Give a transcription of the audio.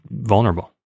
vulnerable